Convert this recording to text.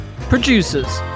Producers